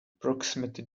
proximity